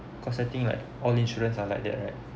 cause I think like all insurance are like that right